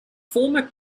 former